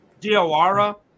Diawara